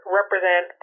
represent